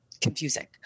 confusing